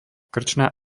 krčná